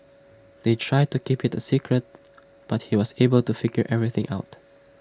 they tried to keep IT A secret but he was able to figure everything out